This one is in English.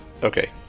Okay